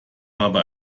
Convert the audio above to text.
habe